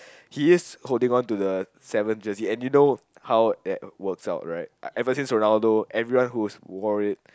he is holding onto the seven jersey and you know how that works out right every since Rolando everyone one who's wore it